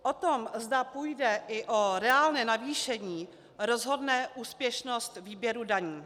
O tom, zda půjde i o reálné navýšení, rozhodne úspěšnost výběru daní.